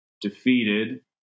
defeated